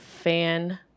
fan